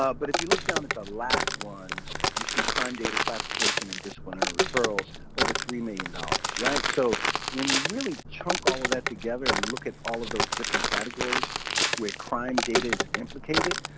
ah but if you look down at the last one you see crime data classification and disciplinary referrals over three million dollars. so when you really chunk all of that together and look at all of those different categories where crime data is implicated,